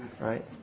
Right